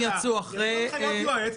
יצאו הנחיות יועץ,